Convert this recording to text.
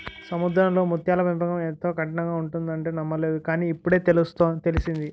సముద్రంలో ముత్యాల పెంపకం ఎంతో కఠినంగా ఉంటుందంటే నమ్మలేదు కాని, ఇప్పుడే తెలిసింది